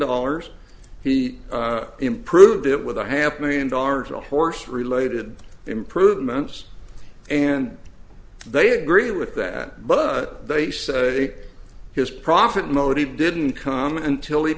dollars he improved it with a half million dollars a horse related improvements and they agree with that but they say his profit motive didn't come until he